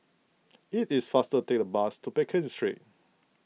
it is faster take the bus to Pekin Street